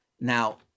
now